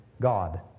God